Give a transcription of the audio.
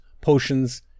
potions